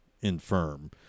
infirm